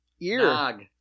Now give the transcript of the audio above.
ear